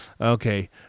Okay